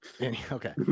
Okay